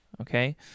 okay